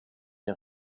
der